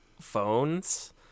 phones